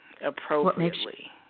appropriately